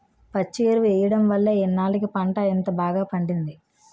పచ్చి ఎరువు ఎయ్యడం వల్లే ఇన్నాల్లకి పంట ఇంత బాగా పండింది